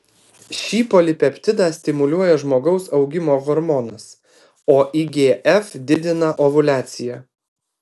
šį polipeptidą stimuliuoja žmogaus augimo hormonas o igf didina ovuliaciją